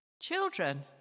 Children